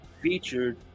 featured